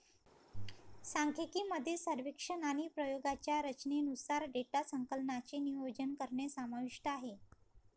सांख्यिकी मध्ये सर्वेक्षण आणि प्रयोगांच्या रचनेनुसार डेटा संकलनाचे नियोजन करणे समाविष्ट आहे